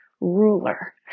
ruler